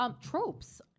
Tropes